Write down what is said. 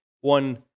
one